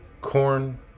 Corn